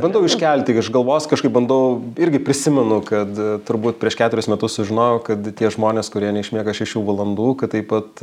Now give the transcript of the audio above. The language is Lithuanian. bandau iškelti iš galvos kažkaip bandau irgi prisimenu kad turbūt prieš keturis metus sužinojau kad tie žmonės kurie neišmiega šešių valandų kad taip pat